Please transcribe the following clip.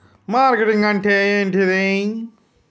Marketing అంటే ఏంటిది?